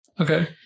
Okay